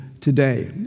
today